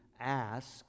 ask